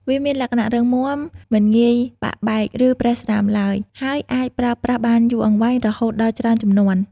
វាមានលក្ខណៈរឹងមាំ មិនងាយបាក់បែក ឬប្រេះស្រាំឡើយ ហើយអាចប្រើប្រាស់បានយូរអង្វែងរហូតដល់ច្រើនជំនាន់។